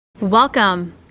Welcome